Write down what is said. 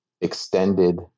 extended